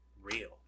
real